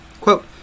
Quote